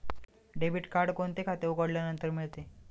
Debit card कोणते खाते उघडल्यानंतर मिळते?